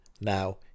now